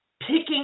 picking